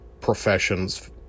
professions